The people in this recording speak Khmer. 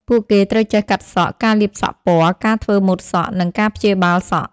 ពួកគេត្រូវចេះកាត់សក់ ការលាបពណ៌សក់ ការធ្វើម៉ូដសក់ និងការព្យាបាលសក់។